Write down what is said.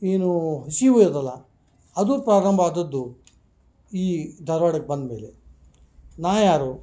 ಏನು ಹಸಿವು ಎದಲ ಅದು ಪ್ರಾರಂಭ ಆದದ್ದು ಈ ಧಾರ್ವಾಡಕ್ಕೆ ಬಂದಮೇಲೆ ನಾ ಯಾರು